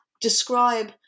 describe